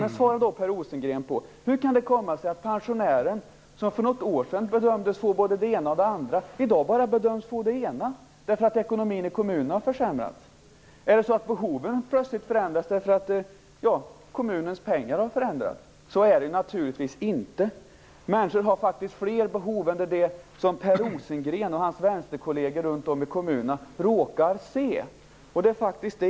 Men, Per Rosengren, svara på frågan: Hur kan det komma sig att pensionären som för något år sedan bedömdes få både det ena och det andra i dag bara bedöms få det ena, därför att ekonomin i kommunerna har försämrats? Ändras behoven plötsligt därför att kommunens ekonomi har förändrats? Så är det naturligtvis inte. Människor har faktiskt fler behov än dem som Per Rosengren och hans vänsterkolleger runt om i kommunerna råkar se.